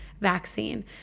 vaccine